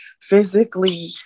physically